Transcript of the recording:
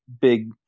big